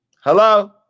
Hello